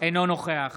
אינו נוכח